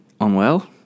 unwell